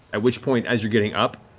at which point, as you're getting up,